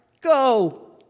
Go